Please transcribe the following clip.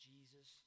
Jesus